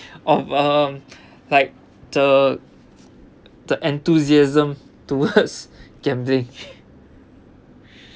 of um like the the enthusiasm towards gambling